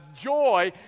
joy